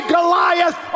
Goliath